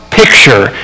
picture